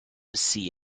see